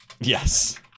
yes